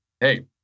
hey